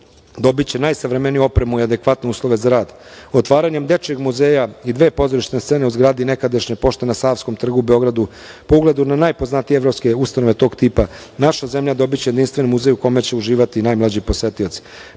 dobiće najsavremeniju opremu i adekvatne uslove za rad. Otvaranjem dečijeg muzeja i dve pozorišne scene u zgradi nekadašnje pošte na Savskom trgu u Beogradu, po ugledu na najpoznatije evropske ustanove tog tipa, naša zemlja dobiće jedinstveni muzej u kome će uživati i najmlađi posetioci. Planirano